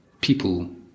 people